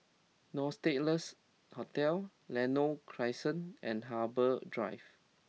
Nostalgia nurse Hotel Lentor Crescent and Harbour Drive